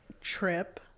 trip